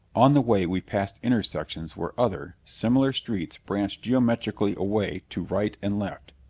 on the way we passed intersections where other, similar streets branched geometrically away to right and left.